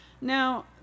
Now